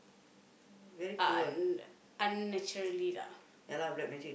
un~ unnaturally lah